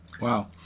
Wow